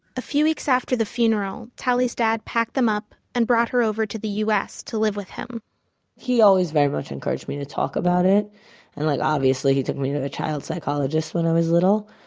a few weeks after the funeral, tali's dad packed them up, and brought her over to the us to live with him he always very much encouraged me to talk about it. and like obviously he took me to a child psychologist when i was little.